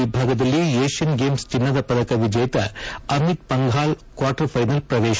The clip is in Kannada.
ವಿಭಾಗದಲ್ಲಿ ಏಷ್ಣನ್ ಗೇಮ್ಸ್ ಚಿನ್ನದ ಪದಕ ವಿಜೇತ ಅಮಿತ್ ಪಂಘಾಲ್ ಕ್ವಾರ್ಟರ್ ಫೈನಲ್ ಪ್ರವೇತ